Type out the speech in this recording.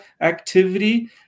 activity